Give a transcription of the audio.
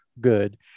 good